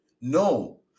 No